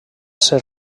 ser